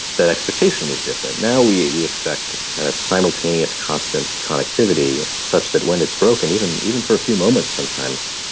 that expectation was different. now we we expect kind of simultaneous constant connectivity such that when it's broken, even even for a few moments sometimes,